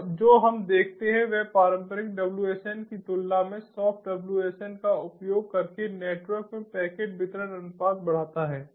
तो जो हम देखते हैं वह पारंपरिक WSN की तुलना में सॉफ्ट WSN का उपयोग करके नेटवर्क में पैकेट वितरण अनुपात बढ़ता है